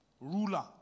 ruler